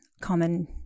common